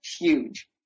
huge